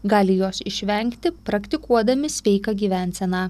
gali jos išvengti praktikuodami sveiką gyvenseną